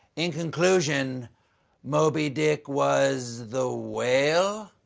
in conclusion moby dick was the whale.